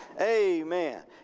amen